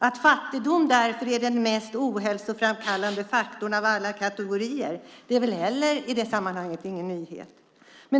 Att fattigdom därför är den mest ohälsoframkallande faktorn av alla kategorier är i detta sammanhang inte heller någon nyhet.